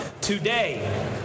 Today